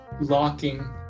locking